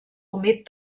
humit